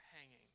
hanging